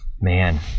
Man